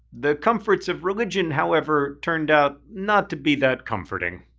the comforts of religion, however, turned out not to be that comforting.